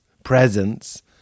presence